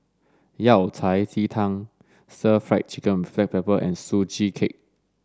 Yao Cai Ji Tang stir fry chicken with black pepper and sugee cake